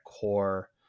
core